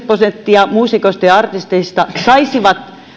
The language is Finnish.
prosenttia muusikoista ja artisteista saisivat